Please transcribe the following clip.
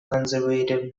conservative